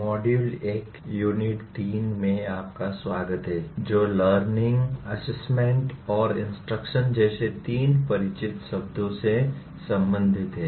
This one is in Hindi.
मॉड्यूल 1 यूनिट 3 में आपका स्वागत है जो लर्निंग असेसमेंट और इंस्ट्रक्शन जैसे तीन परिचित शब्दों से संबंधित है